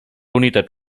unitat